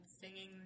singing